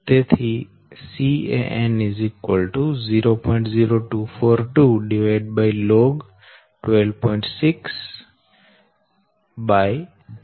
તો Can 0